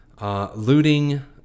Looting